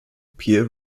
peer